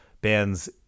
bands